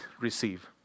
receive